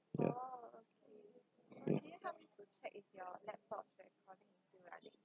ya ya